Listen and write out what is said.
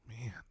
Man